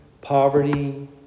poverty